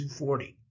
240